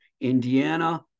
Indiana